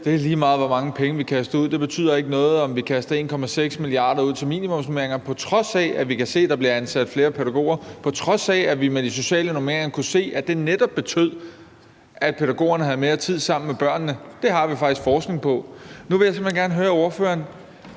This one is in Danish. det er lige meget, hvor mange penge vi kaster ud, at det ikke betyder noget, om vi kaster 1,6 mia. kr. ud til minimumsnormeringer, på trods af at vi kan se, at der bliver ansat flere pædagoger, og på trods af at vi med de sociale normeringer kunne se, at det netop betød, at pædagogerne havde mere tid sammen med børnene. Det har vi faktisk forskning på. Nu vil jeg simpelt hen gerne høre ordføreren